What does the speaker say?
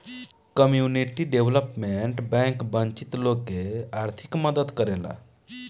community development bank वंचित लोग के आर्थिक मदद करेला